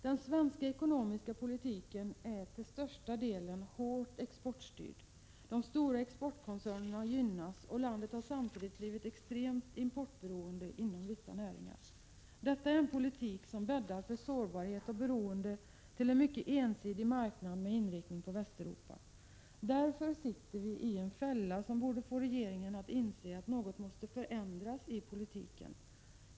Den svenska ekonomiska politiken är till största delen hårt exportstyrd, de stora exportkoncernerna gynnas och landet har samtidigt blivit extremt importberoende inom vissa näringar. Detta är en politik som bäddar för sårbarhet och beroende till en mycket ensidig marknad med inriktning på Västeuropa. Därför sitter vi i en fälla, och detta borde få regeringen att inse att något måste förändras i politiken.